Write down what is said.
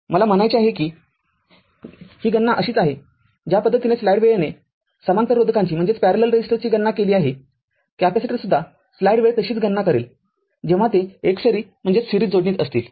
असतो मला म्हणायचे आहे की ही गणना तशीच आहे ज्या पद्धतीने स्लाईड वेळेने समांतर रोधकांची गणना केली आहेकॅपेसिटर सुद्धा स्लाईड वेळ तशीच गणना करेल जेव्हा ते एकसरी जोडणीत असतील